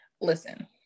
Listen